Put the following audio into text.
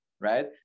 right